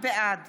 בעד